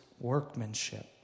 workmanship